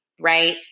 right